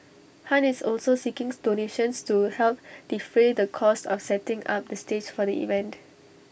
han is also see kings donations to help defray the cost of setting up the stage for the event